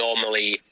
normally